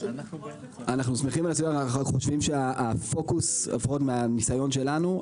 הפוקוס לפחות מהניסיון שלנו,